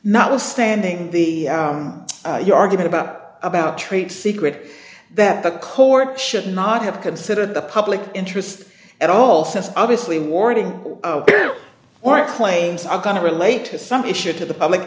notwithstanding the your argument about about trade secret that the court should not have considered the public interest at all things obviously warning or it claims are going to relate to some issue to the public